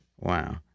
Wow